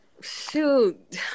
Shoot